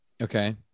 okay